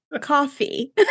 coffee